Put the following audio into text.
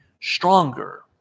stronger